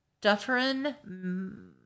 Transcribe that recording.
Dufferin